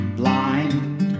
blind